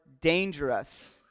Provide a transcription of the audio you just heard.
dangerous